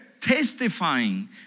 Testifying